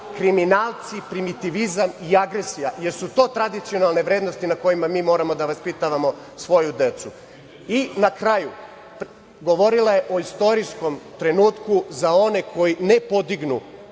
kriminalci, primitivizam i agresija. Da li su to tradicionalne vrednosti na kojima mi moramo da vaspitavamo svoju decu? Na kraju, govorila je o istorijskom trenutku za one koji ne podignu